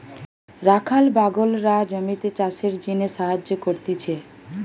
রাখাল বাগলরা জমিতে চাষের জিনে সাহায্য করতিছে